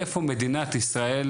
איפה מדינת ישראל,